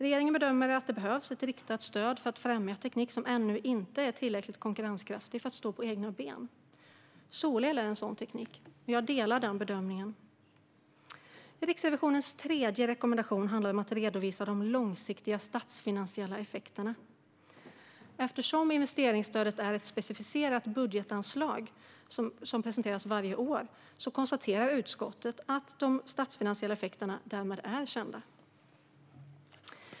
Regeringen bedömer att det behövs ett riktat stöd för att främja teknik som ännu inte är tillräckligt konkurrenskraftig för att stå på egna ben - solel är en sådan teknik - och jag delar regeringens bedömning. Riksrevisionens tredje rekommendation handlade om att redovisa de långsiktiga statsfinansiella effekterna. Eftersom investeringsstödet är ett specificerat budgetanslag som presenteras varje år konstaterar utskottet att de statsfinansiella effekterna därmed är kända.